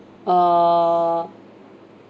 err